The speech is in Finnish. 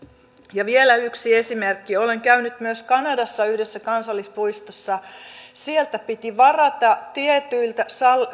ja vielä yksi esimerkki olen käynyt myös kanadassa yhdessä kansallispuistossa sieltä piti varata tietyiltä